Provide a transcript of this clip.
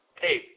hey